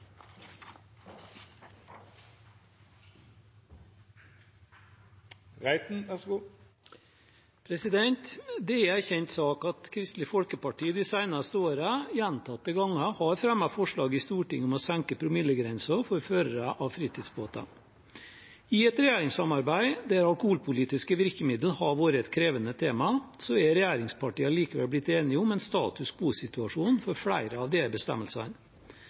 Det er en kjent sak at Kristelig Folkeparti de seneste årene gjentatte ganger har fremmet forslag i Stortinget om å senke promillegrensen for førere av fritidsbåter. I et regjeringssamarbeid der alkoholpolitiske virkemidler har vært et krevende tema, er regjeringspartiene likevel blitt enige om status quo for flere av disse bestemmelsene.